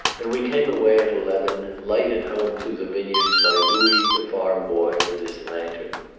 and we came away at eleven, lighted home through the vineyards by louis, the farm boy, with his lantern.